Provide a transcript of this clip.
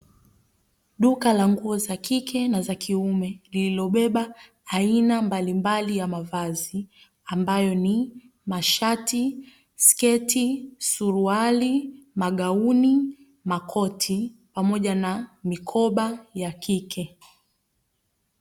Duka la nguo za kike na za kiume liliobeba aina mbalimbali ya mavazi ambayo ni: mashati, sketi, suruali, magauni, makoti, pamoja na mikoba ya kike.